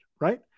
right